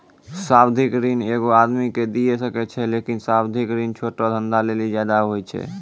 सावधिक ऋण एगो आदमी के दिये सकै छै लेकिन सावधिक ऋण छोटो धंधा लेली ज्यादे होय छै